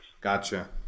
Gotcha